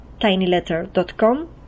tinyletter.com